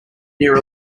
near